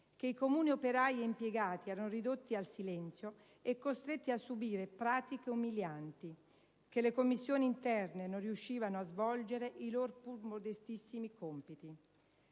che i comuni operai e impiegati erano ridotti al silenzio e costretti a subire pratiche umilianti, che le commissioni interne non riuscivano a svolgere i loro pur modestissimi compiti».